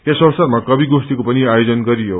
यस अवसरमा कवि गोष्ठीको पनि आयोजन गरियो